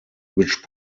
which